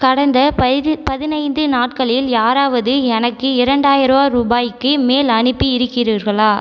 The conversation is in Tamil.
கடந்த பைது பதினைந்து நாட்களில் யாராவது எனக்கு இரண்டாயாயிரம் ரூபாய்க்கு மேல் அனுப்பி இருக்கிறார்களா